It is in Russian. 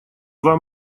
два